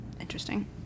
Interesting